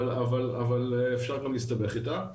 אבל אפשר גם להסתבך איתה,